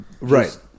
right